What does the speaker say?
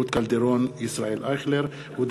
רות קלדרון וישראל אייכלר בנושא: אי-סדרים ברשות השידור.